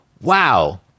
Wow